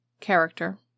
character